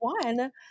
one